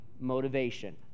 Motivation